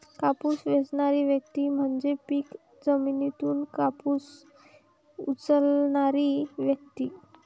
कापूस वेचणारी व्यक्ती म्हणजे पीक जमिनीतून कापूस उचलणारी व्यक्ती